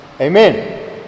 Amen